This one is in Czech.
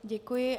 Děkuji.